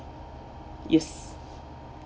yes